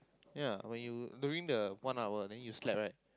ya when you during the one hour then you slept right